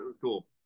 cool